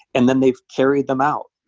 and then they've carried them out,